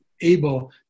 able